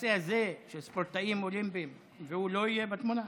שבנושא הזה של ספורטאים אולימפיים הוא לא יהיה בתמונה?